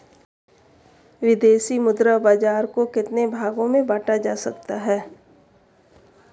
विदेशी मुद्रा बाजार को कितने भागों में बांटा जा सकता है?